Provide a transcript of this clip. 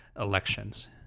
elections